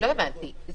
לא הבנתי.